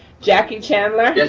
jackie chandler. yeah